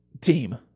team